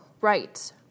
right